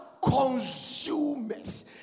Consumers